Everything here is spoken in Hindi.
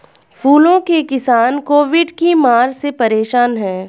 फूलों के किसान कोविड की मार से परेशान है